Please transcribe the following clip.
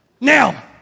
now